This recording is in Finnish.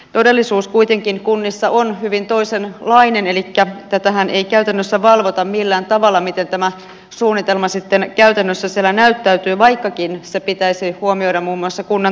todellisuus kuitenkin kunnissa on hyvin toisenlainen elikkä tätähän ei käytännössä valvota millään tavalla miten tämä suunnitelma sitten käytännössä siellä näyttäytyy vaikkakin se pitäisi huomioida muun muassa kunnan talousarviossa